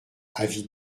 avis